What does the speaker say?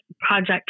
Project